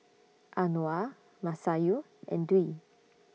Anuar Masayu and Dwi